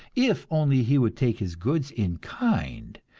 if only he would take his goods in kind,